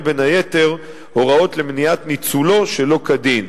בין היתר הוראות למניעת ניצולו שלא כדין.